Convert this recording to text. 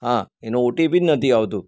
હા એનું ઓટીપી જ નથી આવતું